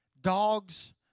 dogs